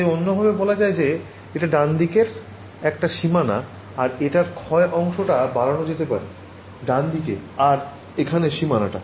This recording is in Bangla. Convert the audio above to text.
তাই অন্যভাবে বলা যায় যে এটা ডানদিকের একটা সীমানা আর এটার ক্ষয় অংশটা বাড়ানো যেতে পারে ডানদিকে আর এখানে সীমানাটা